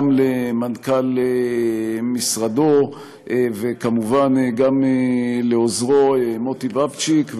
גם למנכ"ל משרדו וכמובן גם לעוזרו מוטי בבצ'יק,